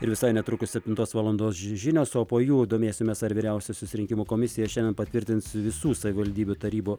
ir visai netrukus septintos valandos žinios o po jų domėsimės ar vyriausiosios rinkimų komisija šiandien patvirtins visų savivaldybių tarybų